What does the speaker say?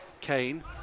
Kane